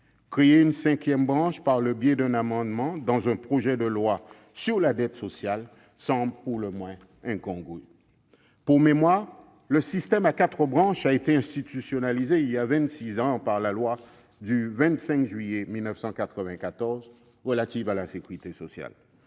créer une cinquième branche par le biais d'un amendement dans un projet de loi sur la dette sociale semble pour le moins incongru. Pour mémoire, le système à quatre branches a été institutionnalisé il y a vingt-six ans par la loi du 25 juillet 1994 relative à la sécurité sociale.